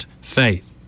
faith